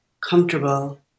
comfortable